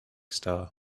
star